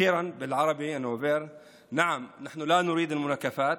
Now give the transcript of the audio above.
(אמר בערבית: ולבסוף אני אגיד בערבית שאכן אנחנו לא רוצים בקונפליקטים,